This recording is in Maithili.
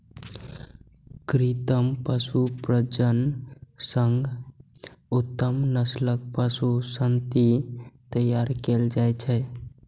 कृत्रिम पशु प्रजनन सं उत्तम नस्लक पशु संतति तैयार कएल जाइ छै